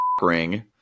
ring